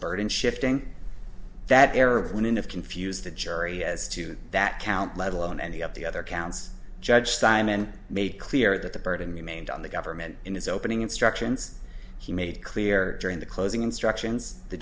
burden shifting that error in and of confuse the jury as to that count let alone any of the other counts judge simon made clear that the burden remained on the government in his opening instructions he made clear during the closing instructions the